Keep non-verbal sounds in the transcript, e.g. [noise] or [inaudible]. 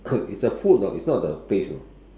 [coughs] it's a food know it's not the taste you know